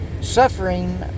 suffering